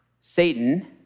Satan